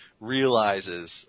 realizes